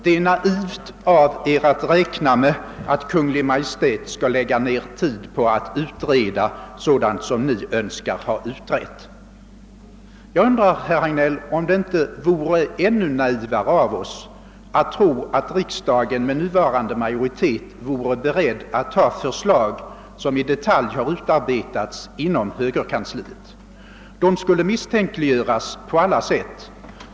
Det är naivt av er att räkna med att Kungl. Maj:t skall lägga ner tid på att utreda sådant som ni önskar få utrett. Jag undrar, herr Hagnell, om det inte vore ännu mera naivt av oss att tro, att riksdagen med nuvarande majoritet vore beredd att godkänna förslag som i detalj har utarbetats inom högerkansliet. Dessa förslag skulle misstänkliggöras på alla sätt.